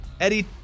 Eddie